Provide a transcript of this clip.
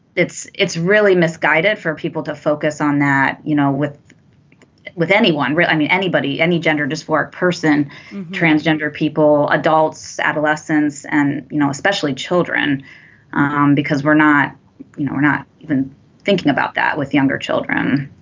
it's it's really misguided for people to focus on that. you know with with anyone i mean anybody any gender dysphoric person transgender people adults adolescents and you know especially children um because we're not you know we're not even thinking about that with younger children.